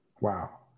Wow